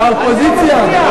זה האופוזיציה.